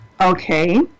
okay